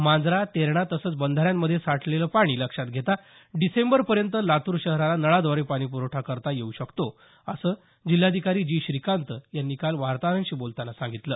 मांजरा तेरणा तसंच बंधाऱ्यांमध्ये साठलेलं पाणी लक्षात घेता डिसेंबर पर्यंत लातूर शहराला नळाव्दारे पाणी प्रवठा करता येउ शकतो असं जिल्हाधिकारी जी श्रीकांत यांनी काल वार्ताहरांशी बोलताना सांगितलं